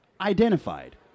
identified